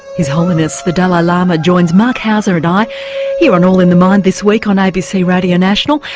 his holiness the dalai lama joins marc hauser and i here on all in the mind this week on abc radio national,